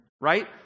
right